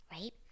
right